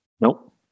Nope